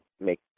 make